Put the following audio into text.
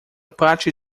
parte